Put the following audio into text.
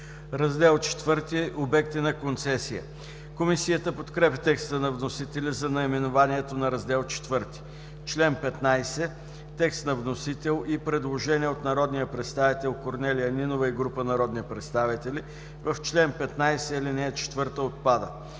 Раздел ІV – „Обекти на концесия” Комисията подкрепя текста на вносителя за наименованието на Раздел ІV. Член 15 – текст на вносител и предложение от народния представител Корнелия Нинова и група народни представители: „В чл. 15 ал. 4 отпада.”.